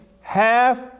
half